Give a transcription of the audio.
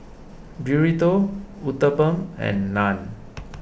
Burrito Uthapam and Naan